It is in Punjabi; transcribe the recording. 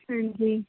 ਹਾਂਜੀ